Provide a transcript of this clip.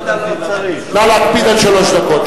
נא להקפיד על שלוש דקות.